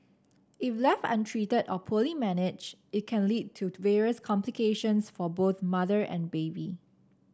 if left untreated or poorly managed it can lead to various complications for both mother and baby